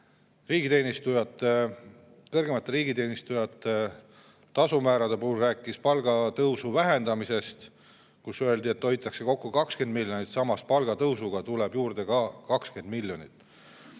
Rahandusminister kõrgemate riigiteenijate tasu määrade puhul rääkis palgatõusu vähendamisest, ütles, et hoitakse kokku 20 miljonit, samas palgatõusuga tuleb juurde 20 miljonit.